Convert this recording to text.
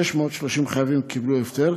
630 חייבים קיבלו הפטר,